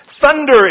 thunder